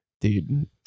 dude